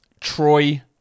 Troy